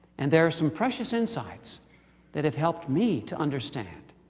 and there are some precious insights that have helped me to understand,